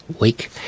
week